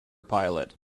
pilot